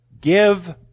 give